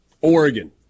Oregon